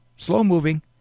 slow-moving